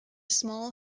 small